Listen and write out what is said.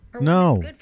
no